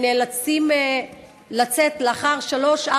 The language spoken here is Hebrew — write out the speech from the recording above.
ונאלצים לצאת לאחר שלוש,